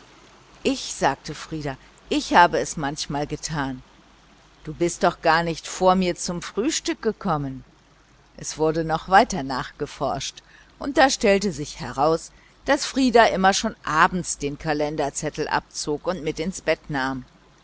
ich sagte frieder ich habe es manchmal getan du bist doch gar nicht vor mir zum frühstück gekommen es wurde noch weiter nachgeforscht und da stellte es sich heraus daß frieder immer schon abends den kalenderzettel abzog und mit ins bett nahm